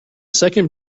second